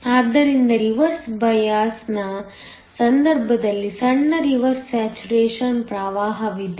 ಆದ್ದರಿಂದ ರಿವರ್ಸ್ ಬಯಾಸ್ನ ಸಂದರ್ಭದಲ್ಲಿ ಸಣ್ಣ ರಿವರ್ಸ್ ಸ್ಯಾಚುರೇಶನ್ ಪ್ರವಾಹವಿದೆ